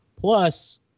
plus